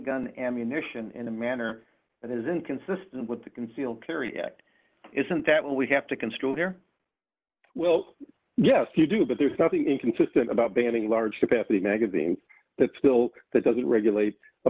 handgun ammunition in a manner that is inconsistent with the concealed carry act isn't that what we have to construe here well yes you do but there's nothing inconsistent about banning large capacity magazines that still that doesn't regulate a